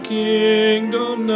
kingdom